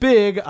Big